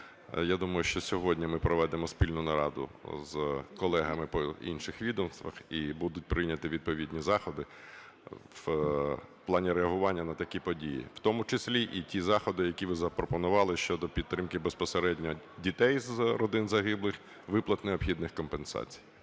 Я думаю, що сьогодні ми проведемо спільну нараду з колегами по інших відомствах і будуть прийняті відповідні заходи в плані реагування на такі події, в тому числі і ті заходи, які ви запропонували щодо підтримки безпосередньо дітей з родин загиблих, виплат необхідних компенсацій.